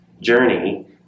journey